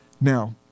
Now